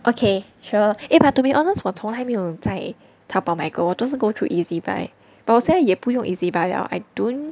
okay sure eh but to be honest 我从来没有在淘宝买过我都是 go through Ezbuy but 我现在也不用 Ezbuy liao I don't